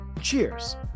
cheers